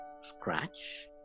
scratch